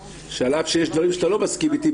שעל אף שיש דברים שאתה לא מסכים איתי,